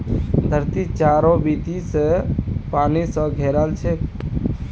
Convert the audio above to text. धरती चारों बीती स पानी स घेराल छेक